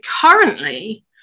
currently